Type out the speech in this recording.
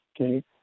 okay